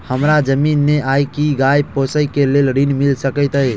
हमरा जमीन नै अई की गाय पोसअ केँ लेल ऋण मिल सकैत अई?